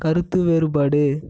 கருத்து வேறுபாடு